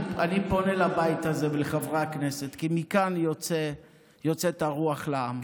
אני פונה לבית הזה ולחברי הכנסת כי מכאן יוצאת הרוח לעם.